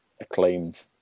acclaimed